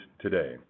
today